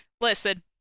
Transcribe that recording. listen